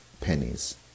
pennies